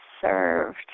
served